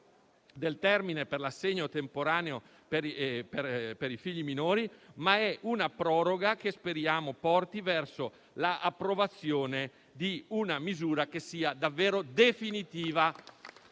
del termine per l'assegno temporaneo per i figli minori, ma speriamo che porti verso l'approvazione di una misura che sia davvero definitiva